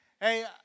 Hey